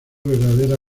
verdadera